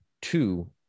two